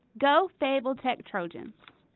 go fayetteville tech trojans!